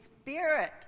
spirit